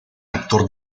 actor